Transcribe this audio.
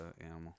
animal